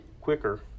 quicker